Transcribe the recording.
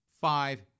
Five